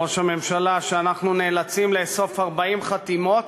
ראש הממשלה, שאנחנו נאלצים לאסוף 40 חתימות